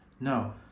No